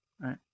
right